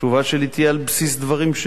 התשובה שלי תהיה על בסיס דברים,